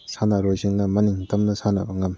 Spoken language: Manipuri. ꯁꯥꯟꯅꯔꯣꯏꯁꯤꯡꯅ ꯃꯅꯤꯡ ꯇꯝꯅ ꯁꯥꯟꯅꯕ ꯉꯝꯃꯤ